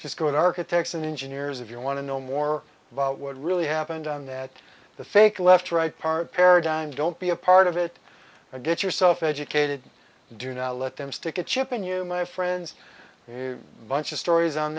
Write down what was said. just got architects and engineers if you want to know more about what really happened on that the fake left or right part paradigm don't be a part of it or get yourself educated do not let them stick a chip in you my friends buncha stories on